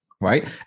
right